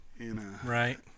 Right